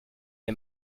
est